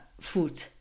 food